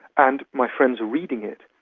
and my friends are reading it.